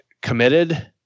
committed –